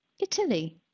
Italy